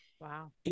wow